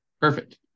Perfect